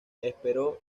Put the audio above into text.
esperó